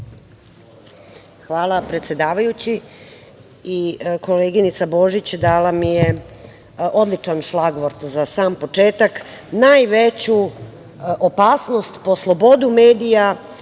Hvala predsedavajući. Koleginica Božić dala mi je odličan šlagvort za sam početak. Najveću opasnost po slobodu medija,